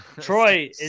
Troy